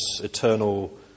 eternal